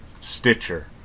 Stitcher